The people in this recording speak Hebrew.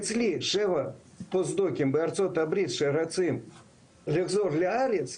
אצלי שבע פוסט-דוקים בארצות הברית שרוצים לחזור לארץ,